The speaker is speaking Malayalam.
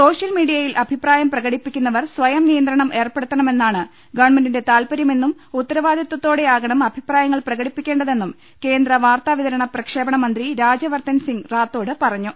സോഷ്യൽ മീഡിയയിൽ അഭിപ്രായം പ്രകടിപ്പിക്കുന്നവർ സ്വയം നിയന്ത്രണമേർപ്പെടുത്തണമെന്നാണ് ഗവൺമെന്റിന്റെ താൽപര്യമെന്നും ഉത്തരവാദിത്തോടെയാകണം അഭിപ്രായ ങ്ങൾ പ്രകടിപ്പിക്കേണ്ടതെന്നും കേന്ദ്ര വാർത്താവിതരണ പ്രക്ഷേ പണ മന്ത്രി രാജ്യവർദ്ധൻ സിംഗ് റാത്തോഡ് പറഞ്ഞു